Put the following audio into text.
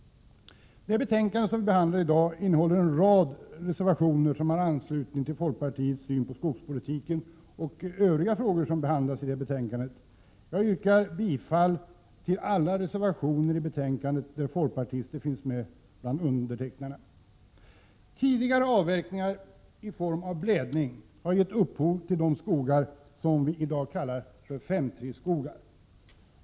Det betänkande vi behandlar i dag innehåller en rad reservationer som ansluter sig till folkpartiets syn på skogspolitiken och även på övriga frågor. Jag yrkar bifall till alla reservationer i betänkandet där folkpartister finns Prot. 1987/88:99 med bland undertecknarna. 13 april 1988 Tidigare avverkningar i form av blädning har gett upphov till de skogar vi i dag kallar 5:3-skogar.